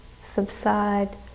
subside